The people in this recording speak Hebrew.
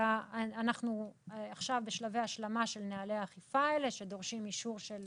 אנחנו עכשיו בשלבי השלמה של נהלי אכיפה אלה שדורשים אישור של